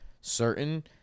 certain